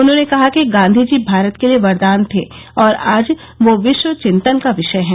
उन्होंने कहा कि गांधी जी भारत के लिये वरदान थे और आज वह विश्व चिंतन का विषय हैं